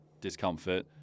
discomfort